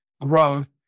growth